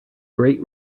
great